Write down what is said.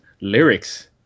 lyrics